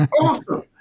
awesome